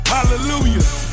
Hallelujah